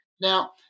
Now